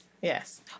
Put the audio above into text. Yes